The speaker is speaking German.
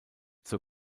zur